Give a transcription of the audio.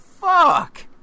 fuck